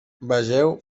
vegeu